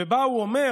ובה הוא אומר,